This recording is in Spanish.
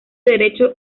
derecho